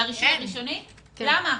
למה?